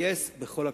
נתגייס בכל הכוחות.